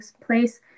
place